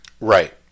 Right